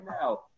now